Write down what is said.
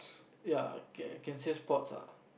ya can can say sports ah